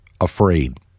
afraid